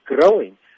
growing